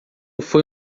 foi